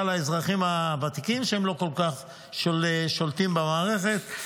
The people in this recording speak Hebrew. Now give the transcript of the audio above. לאזרחים הוותיקים שהם לא כל כך שולטים במערכת.